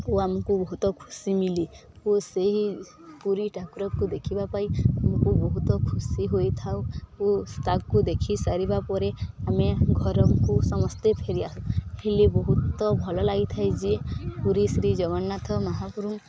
ଓ ଆମକୁ ବହୁତ ଖୁସି ମିଳି ଓ ସେହି ପୁରୀ ଠାକୁରକୁ ଦେଖିବା ପାଇଁ ଆମକୁ ବହୁତ ଖୁସି ହୋଇଥାଉ ଓ ତାକୁ ଦେଖି ସାରିବା ପରେ ଆମେ ଘରଙ୍କୁ ସମସ୍ତେ ଫେରିିବା ବହୁତ ଭଲ ଲାଗିଥାଏ ଯେ ପୁରୀ ଶ୍ରୀ ଜଗନ୍ନାଥ ମହାପୁରୁ